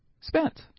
spent